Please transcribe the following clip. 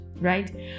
right